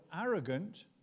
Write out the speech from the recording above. arrogant